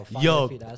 yo